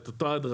את אותה הדרכה,